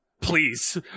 Please